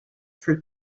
for